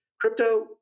crypto